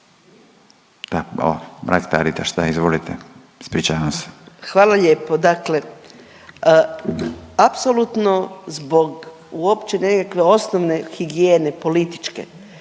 Hvala lijepo, dakle apsolutno zbog uopće nekakve osnovne higijene političke